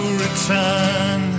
return